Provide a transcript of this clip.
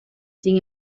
sin